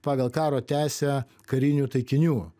pagal karo teisę karinių taikinių